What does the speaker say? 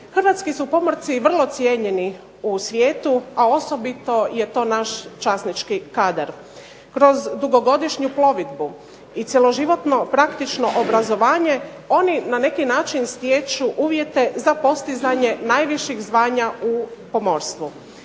Hrvatski su pomorci vrlo cijenjeni u svijetu, a osobito je to naš časnički kadar. Kroz dugogodišnju plovidbu i cjeloživotno praktično obrazovanje oni na neki način stječu uvjete za postizanje najviših zvanja u pomorstvu.